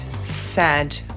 sad